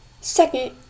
Second